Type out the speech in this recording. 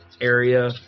area